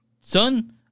son